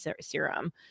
serum